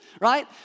right